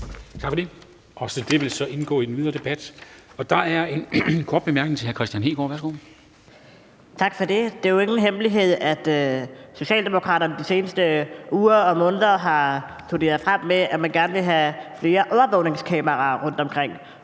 Tak for det. Også det vil indgå i den videre debat. Der er en kort bemærkning fra hr. Kristian Hegaard. Værsgo. Kl. 13:27 Kristian Hegaard (RV): Tak for det. Det er jo ingen hemmelighed, at Socialdemokraterne de seneste uger og måneder har turneret rundt med, at man gerne vil have flere overvågningskameraer rundtomkring.